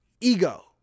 ego